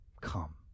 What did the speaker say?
Come